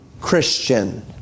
Christian